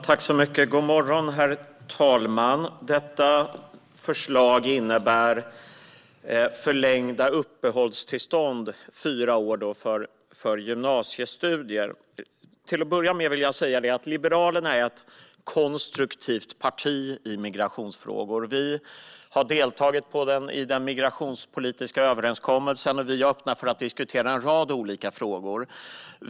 Herr talman! Detta förslag innebär förlängda uppehållstillstånd i fyra år för gymnasiestudier. Till att börja med vill jag säga att Liberalerna är ett konstruktivt parti i migrationsfrågor. Vi har deltagit i den migrationspolitiska överenskommelsen och är öppna för att diskutera en rad olika frågor.